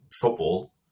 football